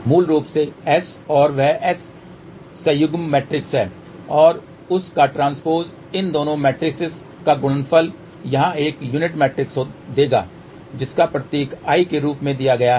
मूल रूप से S और वह S संयुग्म मैट्रिक्स है और उस का ट्रांस्पोज इन दोनों मेट्रिसेस का गुणनफल यहाँ पर एक यूनिट मैट्रिक्स देगा जिसका प्रतीक I के रूप में दिया गया है